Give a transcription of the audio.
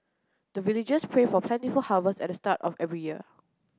the villagers pray for plentiful harvest at the start of every year